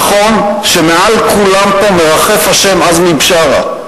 נכון שמעל כולם פה מרחף השם עזמי בשארה,